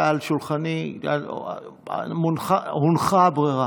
היה על שולחני, הונחה הברירה